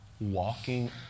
walking